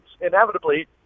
inevitably